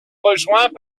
rejoints